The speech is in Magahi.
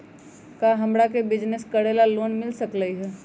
का हमरा के बिजनेस करेला लोन मिल सकलई ह?